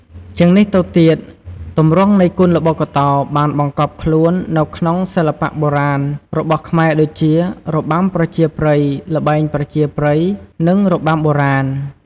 ជាងនេះទៅទៀត ទម្រង់នៃគុនល្បុក្កតោបានបង្កប់ខ្លួននៅក្នុងសិល្បៈបុរាណរបស់ខ្មែរដូចជា របាំប្រជាប្រិយ ល្បែងប្រជាប្រិយ និងរបាំបុរាណ។